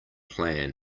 plan